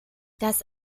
das